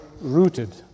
rooted